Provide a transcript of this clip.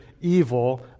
evil